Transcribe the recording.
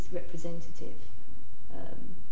representative